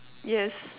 yes